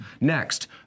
Next